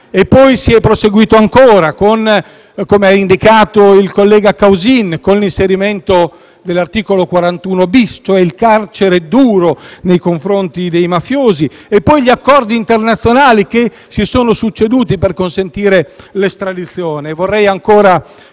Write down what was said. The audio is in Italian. Poi si è proseguito ancora - come ha indicato il collega Causin - con l'inserimento dell'articolo 41-*bis* nell'ordinamento penitenziario sul carcere duro nei confronti dei mafiosi e con gli accordi internazionali che si sono succeduti per consentire l'estradizione;